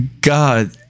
God